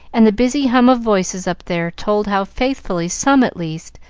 and the busy hum of voices up there told how faithfully some, at least,